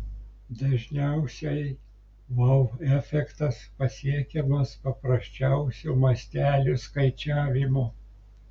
dažniausiai vau efektas pasiekiamas paprasčiausiu mastelių skaičiavimu